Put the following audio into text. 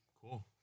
Cool